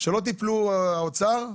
שלא תיפלו באוצר,